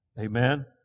Amen